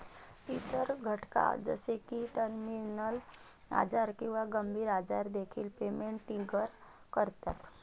इतर घटना जसे की टर्मिनल आजार किंवा गंभीर आजार देखील पेमेंट ट्रिगर करतात